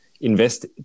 invest